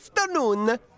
afternoon